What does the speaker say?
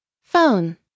Phone